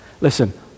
Listen